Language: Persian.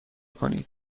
کنید